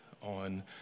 on